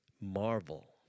marvel